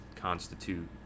constitute